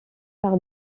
par